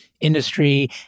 industry